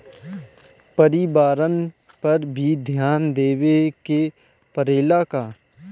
परिवारन पर भी ध्यान देवे के परेला का?